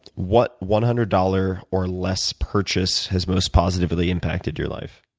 what one hundred dollars or less purchase has most positively impacted your life?